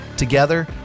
Together